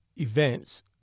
events